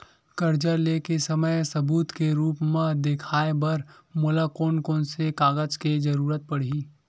कर्जा ले के समय सबूत के रूप मा देखाय बर मोला कोन कोन से कागज के जरुरत पड़ही?